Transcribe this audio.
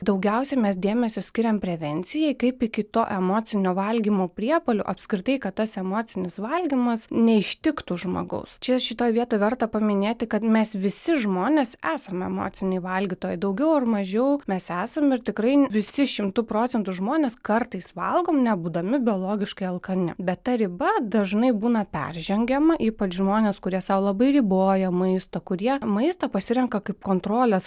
daugiausiai mes dėmesio skiriam prevencijai kaip iki to emocinio valgymo priepuolių apskritai kad tas emocinis valgymas neištiktų žmogaus čia šitoj vietoj verta paminėti kad mes visi žmonės esame emociniai valgytojai daugiau ar mažiau mes esam ir tikrai visi šimtu procentų žmonės kartais valgom nebūdami biologiškai alkani bet ta riba dažnai būna peržengiama ypač žmonės kurie sau labai riboja maisto kurie maistą pasirenka kaip kontrolės